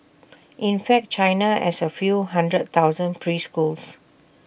in fact China has A few hundred thousand preschools